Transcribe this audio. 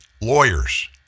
lawyers